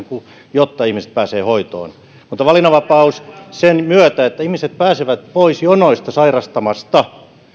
jotta ihmiset pääsevät hoitoon mutta valinnanvapaus sen myötä että ihmiset pääsevät pois jonoista sairastamasta